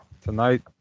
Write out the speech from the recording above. Tonight